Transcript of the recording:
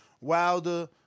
Wilder